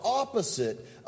opposite